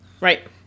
Right